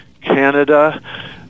Canada